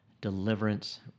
deliverance